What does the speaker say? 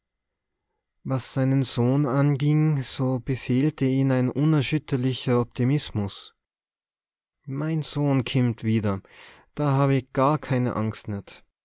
was seinen sohn anging so beseelte ihn ein unerschütterlicher optimismus mei sohn kimmt widder da haww ich gar kaa angst